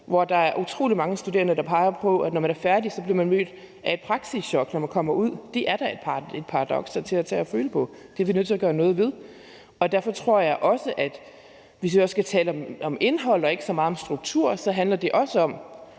hvor der er utrolig mange studerende, der peger på, at når man er færdig, bliver man mødt af et praksischok, når man kommer ud. Det er da et paradoks, der er til at tage og føle på. Det er vi nødt til at gøre noget ved. Og derfor tror jeg, hvis vi skal tale om indhold og ikke så meget om struktur, at det også